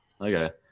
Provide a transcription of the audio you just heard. okay